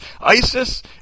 ISIS